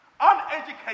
uneducated